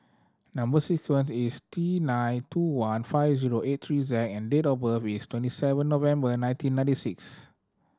number sequence is T nine two one five zero eight three Z and date of birth is twenty seven November nineteen ninety six